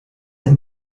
ein